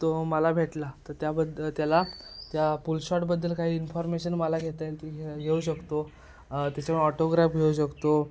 तो मला भेटला तर त्याबद्दल त्याला त्या पुल शॉटबद्दल काही इन्फॉर्मेशन मला घेता येईल ती घ्या घेऊ शकतो त्याच्यामुळे ऑटोग्राफ घेऊ शकतो